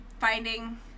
finding